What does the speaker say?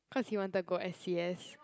cause he wanted to go s_c_s